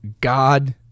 God